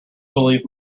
believe